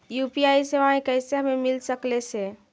UPI सेवाएं कैसे हमें मिल सकले से?